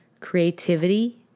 creativity